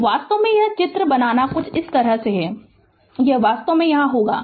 तो वास्तव में यह चित्र बनाना कुछ इस तरह है यह वास्तव में यहाँ होगा